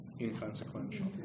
Inconsequential